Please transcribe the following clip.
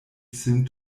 sin